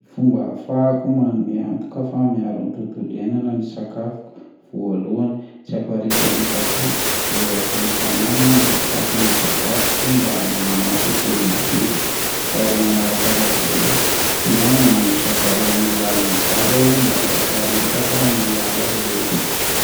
Ny fomba hahafahako manome antoka fa miaro ny tontolo iainana ny sakafoko: voalohany, tsy aparitaritako eraky ny tanàna ny fakon'ny sakafoko mba hananana tontolo madio; faharoa manarakarak'izay dia mahandro sakafo amin'ny alalan'ny gazy aho mba tsy hampariparaka ny ala rehetra.